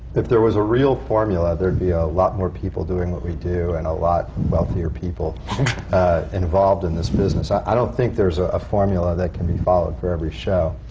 if there was a real formula, there'd be a lot more people doing what we do, and a lot wealthier people involved in this business. i don't think there's a a formula that can be followed for every show.